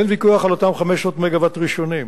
אין ויכוח על אותם 500 מגוואט ראשונים.